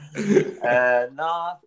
No